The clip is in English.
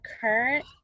current